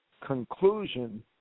conclusion